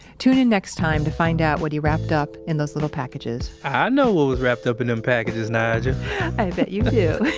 tune in next time to find out what he wrapped up in those little packages i know what was wrapped up in them packages nigel i bet you do.